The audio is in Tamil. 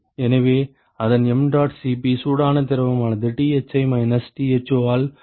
எனவே அதன் mdot Cp சூடான திரவமானது Thi மைனஸ் Tho ஆல் பெருக்கப்படுகிறது